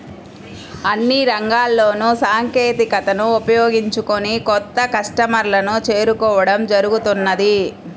అన్ని రంగాల్లోనూ సాంకేతికతను ఉపయోగించుకొని కొత్త కస్టమర్లను చేరుకోవడం జరుగుతున్నది